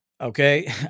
Okay